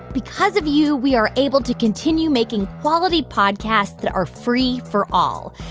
because of you, we are able to continue making quality podcasts that are free for all.